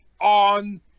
on